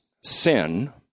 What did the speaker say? sin